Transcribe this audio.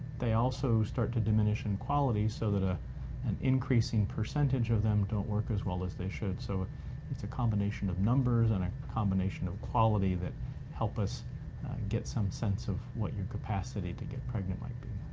they also start to diminish in quality so that ah an increasing percentage of them don't work as well as they should. so it's a combination of numbers and a combination of quality that help us get some sense of what your capacity to get pregnant might be.